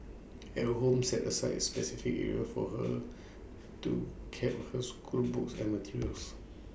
at home set aside A specific area for her to keep her schoolbooks and materials